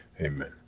Amen